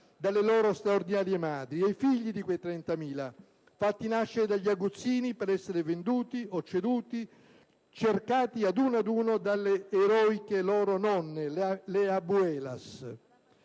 dalle loro straordinarie "madri". E i figli di quei trentamila, fatti nascere dagli aguzzini per essere venduti o ceduti, cercati uno ad uno dalle loro eroiche "nonne", le *abuelas*.